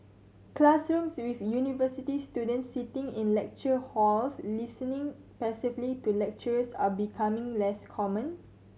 classrooms with university students sitting in lecture halls listening passively to lecturers are becoming less common